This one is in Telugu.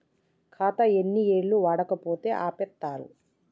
ఖాతా ఎన్ని ఏళ్లు వాడకపోతే ఆపేత్తరు?